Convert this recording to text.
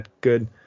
good